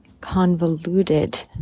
convoluted